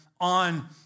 on